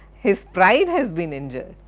his pride has been injured,